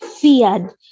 feared